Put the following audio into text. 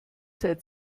seit